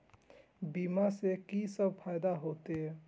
बीमा से की सब फायदा होते?